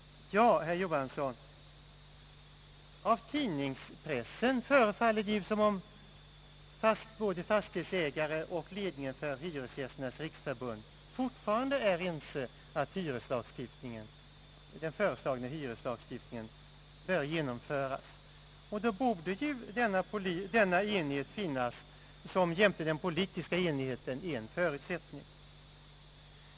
Ja, herr Johansson, av tidningspressen förefaller det som om både fastighetsägare och ledningen för Hyresgästernas riksförbund fortfarande är ense om att den föreslagna hyreslagstiftningen bör genomföras, och då bör ju. den enighet finnas som jämte den politiska enigheten är en förutsättning.